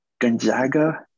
Gonzaga